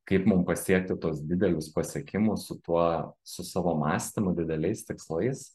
kaip mum pasiekti tuos didelius pasiekimus su tuo su savo mąstymu dideliais tikslais